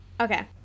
Okay